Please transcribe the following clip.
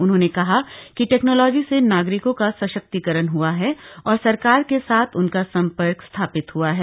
उन्होंने कहा कि टैक्नोलॉजी से नागरिकों का सशक्तिकरण ह्आ है और सरकार के साथ उनका संपर्क स्थापित हआ है